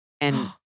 And-